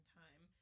time